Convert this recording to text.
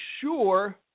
sure